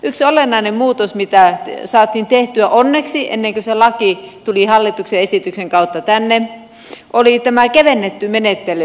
yksi olennainen muutos mitä saatiin tehtyä onneksi ennen kuin se laki tuli hallituksen esityksen kautta tänne oli tämä kevennetty menettely